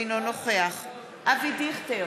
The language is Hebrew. אינו נוכח אבי דיכטר,